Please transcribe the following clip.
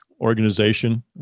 organization